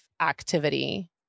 activity